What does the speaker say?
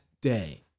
day